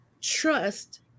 trust